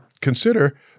Consider